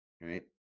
right